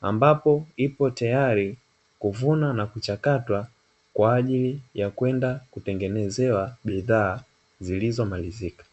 ambapo ipo tayari kuvunwa na kuchakatwa kwa ajili ya kwenda kutengenezewa bidhaa zilizo malizika.